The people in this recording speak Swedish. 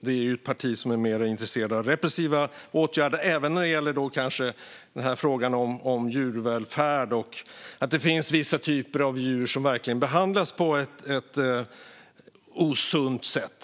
det är ju ett parti som är mer intresserat av repressiva åtgärder - kanske även när det gäller frågan om djurvälfärd och att det finns vissa typer av djur som verkligen behandlas på ett osunt sätt.